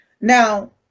Now